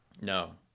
No